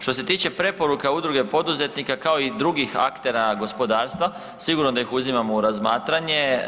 Što se tiče preporuka Udruge poduzetnika kao i drugih aktera gospodarstva, sigurno da ih uzimamo u razmatranje.